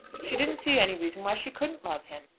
she didn't see any reason why she couldn't love him.